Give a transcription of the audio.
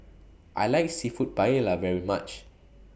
I like Seafood Paella very much